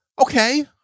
okay